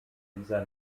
dieser